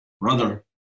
brother